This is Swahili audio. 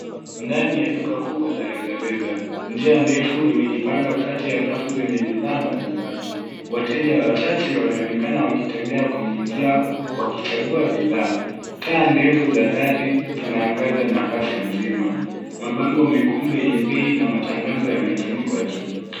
Ndani ya duka kubwa la reja reja. Njia ndefu imejipanga kati ya rafu zenye bidhaa mbalimbali. Wateja wachache wanaonekana wakitembea kwenye njia wakichagua bidhaa. Taa ndefu za dari zinaangaza nafasi nzima. Mabango mekundu yenye bei na matangazo yametundikwa juu.